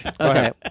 Okay